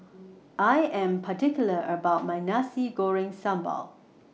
I Am particular about My Nasi Goreng Sambal